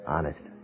Honest